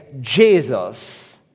Jesus